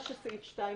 זה מה שסעיף 2(א)